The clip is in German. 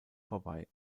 vorbei